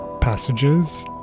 passages